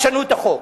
תשנו את החוק.